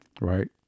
right